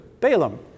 Balaam